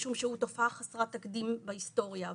משום שהוא תופעה חסרת תקדים בהיסטוריה,